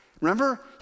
Remember